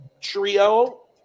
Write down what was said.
trio